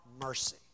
mercy